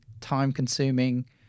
time-consuming